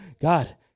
God